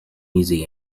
music